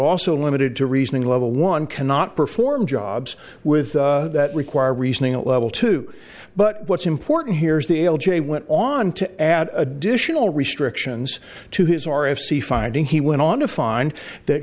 also limited to reasoning level one cannot perform jobs with that require reasoning at level two but what's important here is the l j went on to add additional restrictions to his r f c finding he went on to find that